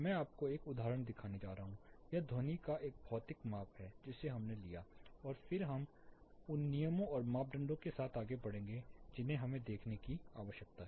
मैं आपको एक उदाहरण दिखाने जा रहा हूं यह ध्वनि का एक भौतिक माप है जिसे हमने लिया और फिर हम उन नियमों और मापदंडों के साथ आगे बढ़ेंगे जिन्हें हमें देखने की आवश्यकता है